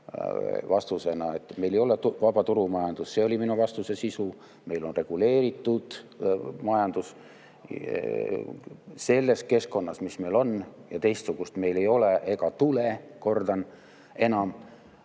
vastusena, et meil ei ole vaba turumajandus – see oli minu vastuse sisu –, meil on reguleeritud majandus selles keskkonnas, mis meil on, ja teistsugust meil ei ole ega tule, kordan, enam.